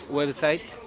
website